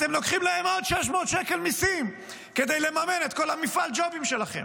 אתם לוקחים להם עוד 600 שקל מיסים כדי לממן את כל המפעל ג'ובים שלכם.